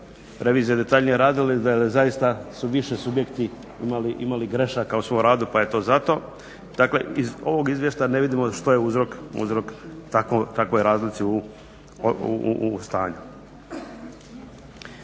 revizija detaljnije radila ili da zaista su više subjekti imali grešaka u svom radu pa je to zato. Dakle, iz ovog izvještaja ne vidimo što je uzrok takvoj razlici u stanju.